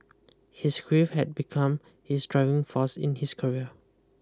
his grief had become his driving force in his career